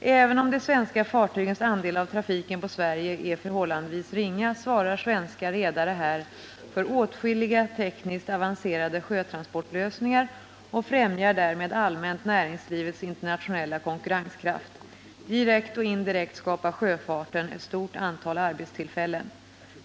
Även om de svenska fartygens andel av trafiken på Sverige är förhållandevis ringa svarar svenska redare här för åtskilliga tekniskt avancerade sjötransportlösningar och främjar därmed allmänt näringslivets internationella konkurrenskraft. Direkt och indirekt skapar sjöfarten ett stort antal arbetstillfällen.